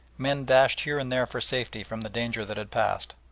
men dashed here and there for safety from the danger that had passed.